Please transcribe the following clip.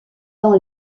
dans